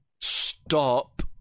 stop